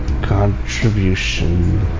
Contribution